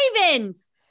Ravens